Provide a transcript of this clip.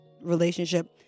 relationship